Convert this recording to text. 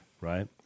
right